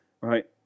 right